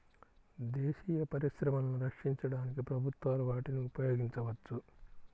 దేశీయ పరిశ్రమలను రక్షించడానికి ప్రభుత్వాలు వాటిని ఉపయోగించవచ్చు